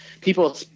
People